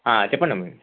చెప్పండమ్మ